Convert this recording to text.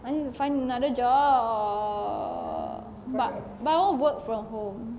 I need to find another job but but I want work from home